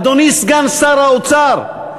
אדוני סגן שר האוצר,